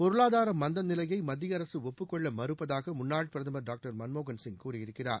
பொருளாதார மந்த நிலையை மத்திய அரசு ஒப்புக்கொள்ள மறுப்பதாக முன்னாள் பிரதமா் டாக்டா் மன்மோகன் சிங் கூறியிருக்கிறார்